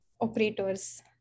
operators